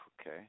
Okay